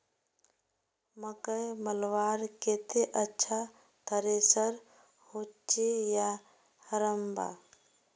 मकई मलवार केते अच्छा थरेसर होचे या हरम्बा?